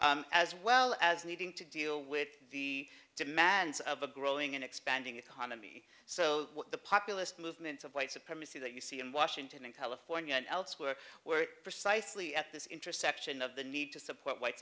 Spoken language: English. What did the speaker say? as well as needing to deal with the demands of a growing and expanding economy so the populist movements of white supremacy that you see in washington in california and elsewhere were precisely at this intersection of the need to support white